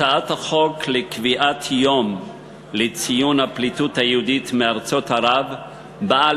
הצעת החוק לקביעת יום לציון הפליטות היהודית מארצות ערב באה